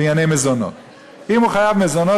בענייני מזונות: אם הוא חייב מזונות,